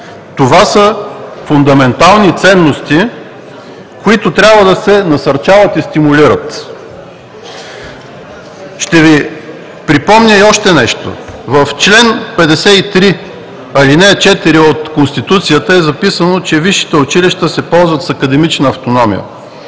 Това са фундаментални ценности, които трябва да се насърчават и стимулират. Ще Ви припомня и още нещо. В чл. 53, ал. 4 от Конституцията е записано, че висшите училища се ползват с академична автономия.